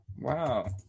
Wow